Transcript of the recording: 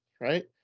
Right